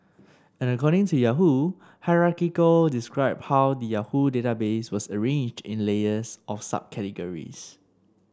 and according to Yahoo hierarchical described how the Yahoo database was arranged in layers of subcategories